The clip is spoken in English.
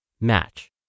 Match